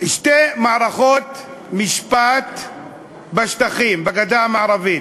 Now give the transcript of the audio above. שתי מערכות משפט בשטחים, בגדה המערבית: